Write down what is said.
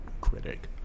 critic